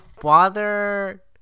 bother